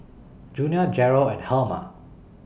Junia Jarrell and Herma